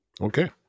Okay